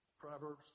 Proverbs